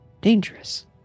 dangerous